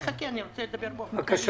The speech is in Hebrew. אני רוצה לדבר באופן כללי.